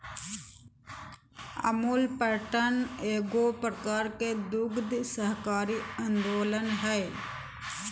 Amul pattern एगो प्रकार के दुग्ध सहकारी आन्दोलन हइ